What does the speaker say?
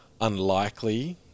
unlikely